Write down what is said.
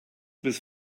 bis